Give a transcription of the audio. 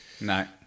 No